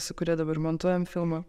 su kuria dabar montuojam filmą